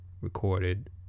recorded